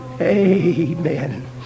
Amen